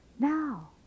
Now